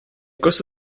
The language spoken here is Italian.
corso